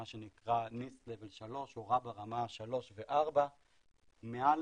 מה שנקרא NIST level 3 או רב"א ברמה 3 או 4. מעל